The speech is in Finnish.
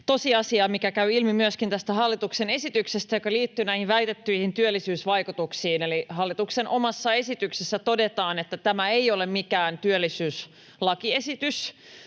tosiasia, mikä käy ilmi myöskin tästä hallituksen esityksestä ja joka liittyy näihin väitettyihin työllisyysvaikutuksiin. Eli hallituksen omassa esityksessä todetaan, että tämä ei ole mikään työllisyyslakiesitys.